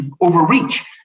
overreach